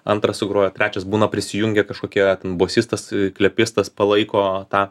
antras sugrojo trečias būna prisijungia kažkokie bosistas klepistas palaiko tą